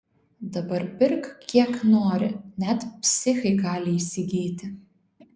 dabar pirk kiek nori net psichai gali įsigyti